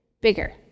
bigger